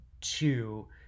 two